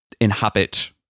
inhabit